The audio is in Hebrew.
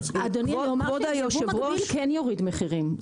אדוני, אני אומר שייבוא מקביל כן יוריד מחירים.